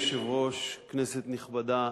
אדוני היושב-ראש, כנסת נכבדה,